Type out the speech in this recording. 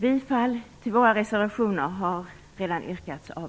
Bifall till våra reservationer har redan yrkats av